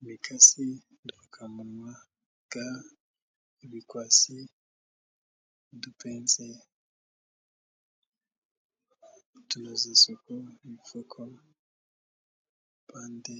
Imikasi, udupfukamunwa, ga, ibikwasi, udupence utunozasuku, imifuko, bande,